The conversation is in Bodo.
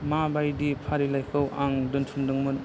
मा बायदि फारिलाइखौ आं दोन्थुमदोंमोन